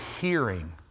hearing